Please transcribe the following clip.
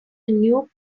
new